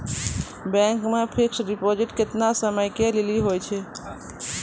Bank मे fixed deposit केतना समय के लेली होय छै?